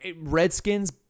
Redskins